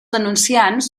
anunciants